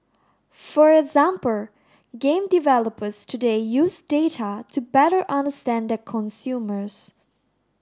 for example game developers today use data to better understand their consumers